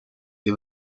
для